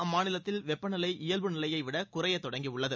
அம்மாநிலத்தில் வெப்பநிலை இயல்பு நிலையைவிட குறையத் தொடங்கியுள்ளது